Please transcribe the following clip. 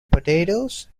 potatoes